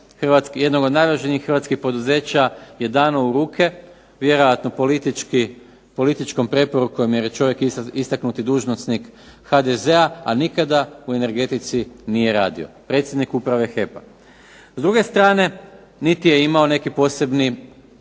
jedno od najvažnijih hrvatskih poduzeća je dano u ruke vjerojatno političkom preporukom, jer je čovjek istaknuti dužnosnik HDZ-a, a nikada u energetici nije radio. Predsjednik uprave HEP-a. S druge strane, niti je imao neki posebni